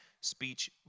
speech